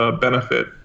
benefit